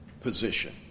position